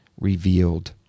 revealed